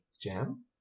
jam